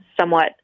somewhat